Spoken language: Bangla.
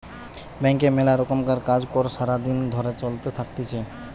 ব্যাংকে মেলা রকমের কাজ কর্ সারা দিন ধরে চলতে থাকতিছে